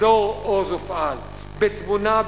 אזור עוז ופעל בתבונה,